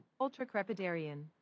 Ultra-crepidarian